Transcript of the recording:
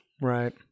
right